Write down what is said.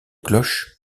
cloches